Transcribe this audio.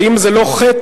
ואם זה לא חטא,